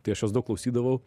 tai aš jos daug klausydavau